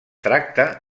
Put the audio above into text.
tracta